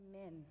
Amen